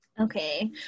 Okay